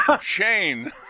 Shane